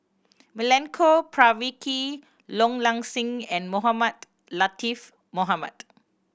Milenko Prvacki Low Ing Sing and Mohamed Latiff Mohamed